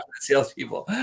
salespeople